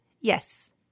yes